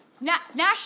National